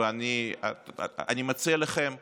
אני מציע לכם שוב,